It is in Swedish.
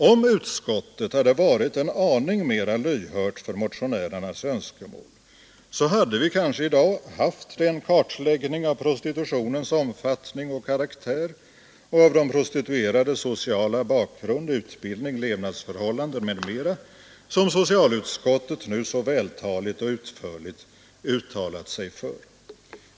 Om utskottet hade varit en aning mera lyhört för motionärernas önskemål, hade vi kanske i dag haft den kartläggning av prostitutionens omfattning och karaktär och av de prostituerades sociala bakgrund, utbildning, levnadsförhållanden m.m. som socialutskottet nu så vältaligt och utförligt uttalat sig för.